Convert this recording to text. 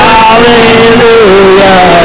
Hallelujah